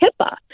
HIPAA